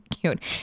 cute